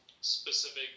specific